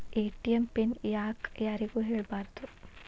ATM pin ಯಾಕ್ ಯಾರಿಗೂ ಹೇಳಬಾರದು?